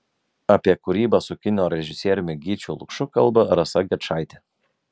apie kūrybą su kino režisieriumi gyčiu lukšu kalba rasa gečaitė